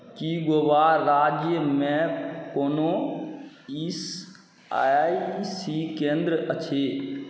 की गोवा राज्यमे कोनो E S I C केन्द्र अछि